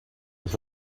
with